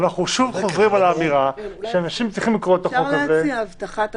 אפשר להציע "הבטחת אספקה".